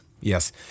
Yes